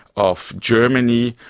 of germany,